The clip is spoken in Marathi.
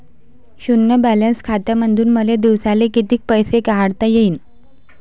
शुन्य बॅलन्स खात्यामंधून मले दिवसाले कितीक पैसे काढता येईन?